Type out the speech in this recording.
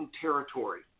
territory